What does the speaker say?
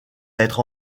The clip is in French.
être